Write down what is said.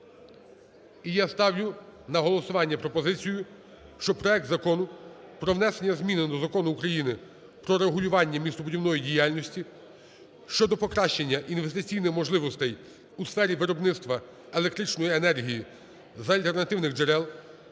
І я ставлю на голосування пропозицію, щоб проект Закону про внесення змін до Закону України "Про регулювання містобудівної діяльності" щодо покращення інвестиційних можливостей у сфері виробництва електричної енергії з альтернативних джерел